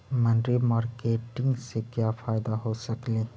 मनरी मारकेटिग से क्या फायदा हो सकेली?